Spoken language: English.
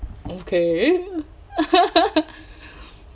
okay